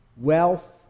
wealth